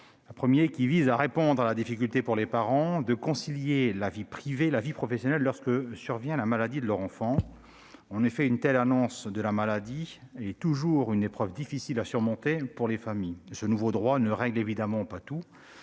l'article 1, qui vise à répondre à la difficulté, pour les parents, de concilier vie privée et vie professionnelle lorsque survient la maladie de leur enfant. En effet, une telle annonce est toujours une épreuve difficile à surmonter pour les familles. Ce nouveau droit ne règle évidemment pas tout